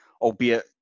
Albeit